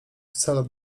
wcale